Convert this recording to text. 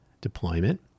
deployment